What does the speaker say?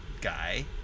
guy